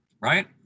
Right